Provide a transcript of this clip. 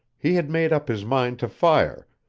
he had made up his mind to fire,